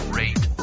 rate